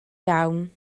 iawn